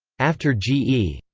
after g e.